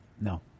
No